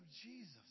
Jesus